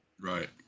Right